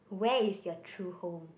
where is your true home